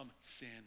sin